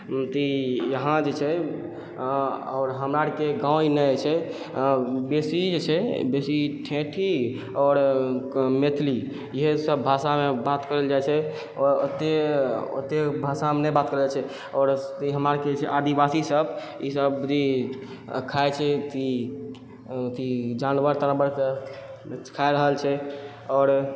अथी यहाँ जे छै आओर हमरा अरके गाँव एने जे छै बेसी जे छै बेसी ठेठी आओर मैथिली इहे सब भाषामे बात करल जाइ छै आओर अते ओते भाषा मे नहि बात करै छै आओर हमरा अरके जे छै आदिवासी सब ई सब खाय छै अथी अथी जानवर तानवर कऽ खाए रहल छै और